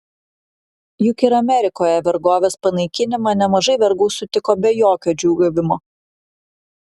juk ir amerikoje vergovės panaikinimą nemažai vergų sutiko be jokio džiūgavimo